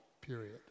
period